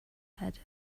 head